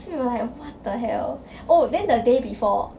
so we were like what the hell oh then the day before